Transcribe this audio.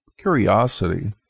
curiosity